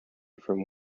from